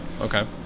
okay